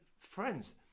friends